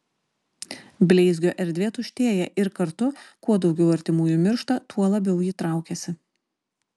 bleizgio erdvė tuštėja ir kartu kuo daugiau artimųjų miršta tuo labiau ji traukiasi